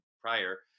prior